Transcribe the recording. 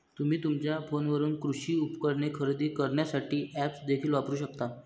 तुम्ही तुमच्या फोनवरून कृषी उपकरणे खरेदी करण्यासाठी ऐप्स देखील वापरू शकता